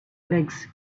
legs